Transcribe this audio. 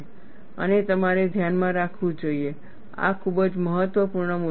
અને તમારે ધ્યાનમાં રાખવું જોઈએ આ ખૂબ જ મહત્વપૂર્ણ મુદ્દાઓ છે